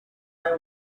sky